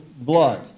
blood